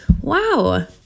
Wow